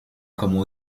como